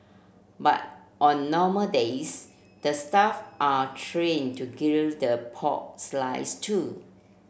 but on normal days the staff are trained to grill the pork slices too